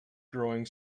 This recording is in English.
growing